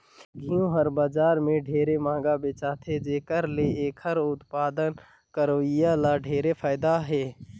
घींव हर बजार में ढेरे मंहगा बेचाथे जेखर ले एखर उत्पादन करोइया ल ढेरे फायदा हे